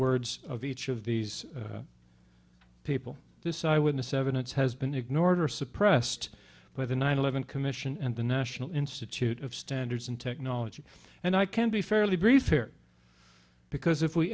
words of each of these people this eyewitness evidence has been ignored or suppressed by the nine eleven commission and the national institute of standards and technology and i can be fairly brief here because if we